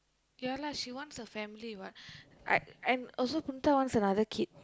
ya lah she wants a family what and and also Punitha wants another kid